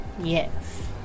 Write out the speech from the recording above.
Yes